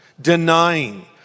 denying